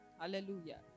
Hallelujah